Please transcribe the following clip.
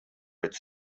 its